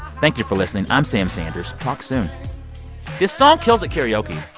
thank you for listening. i'm sam sanders. talk soon this song kills at karaoke.